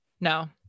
No